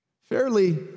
fairly